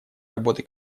работы